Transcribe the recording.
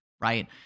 right